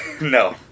No